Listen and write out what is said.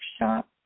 workshop